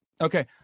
Okay